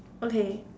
okay